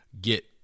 get –